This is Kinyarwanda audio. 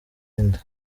inda